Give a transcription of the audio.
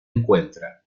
encuentra